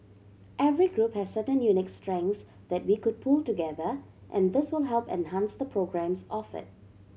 every group has certain unique strengths that we could pool together and this will help enhance the programmes offered